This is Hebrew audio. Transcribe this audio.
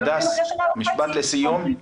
הדס, משפט לסיום.